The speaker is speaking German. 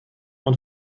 und